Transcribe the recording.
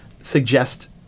suggest